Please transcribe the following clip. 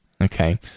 Okay